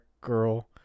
girl